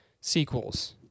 sequels